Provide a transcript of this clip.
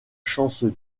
chance